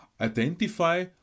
Identify